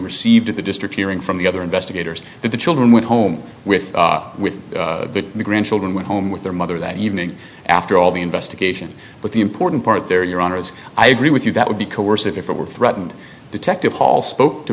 received at the district hearing from the other investigators that the children went home with with the grandchildren went home with their mother that evening after all the investigation but the important part there your honour's i agree with you that would be coercive if it were threatened detective paul spoke to